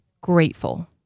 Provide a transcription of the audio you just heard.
grateful